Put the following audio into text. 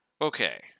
Okay